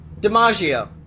DiMaggio